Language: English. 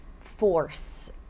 force